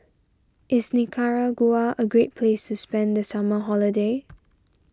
is Nicaragua a great place to spend the summer holiday